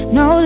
no